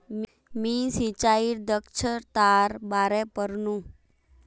मी सिंचाई दक्षतार बारे पढ़नु